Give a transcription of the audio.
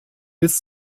bis